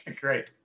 Great